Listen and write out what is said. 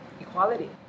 equality